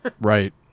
Right